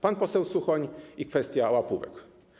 Pan poseł Suchoń i kwestia łapówek.